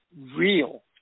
real